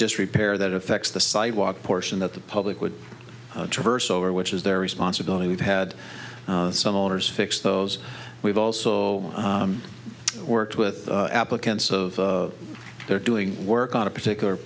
disrepair that affects the sidewalk portion that the public would traverse over which is their responsibility we've had some owners fix those we've also worked with applicants of their doing work on a particular